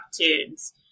Tunes